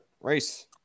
race